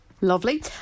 Lovely